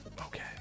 Okay